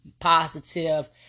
positive